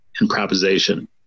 improvisation